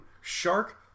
Shark